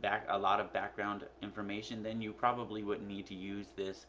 back a lot of background information, then you probably wouldn't need to use this